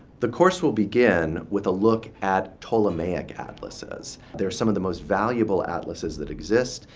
the course will begin with a look at ptolemaic atlases. they are some of the most valuable atlases that exist.